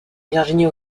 virginie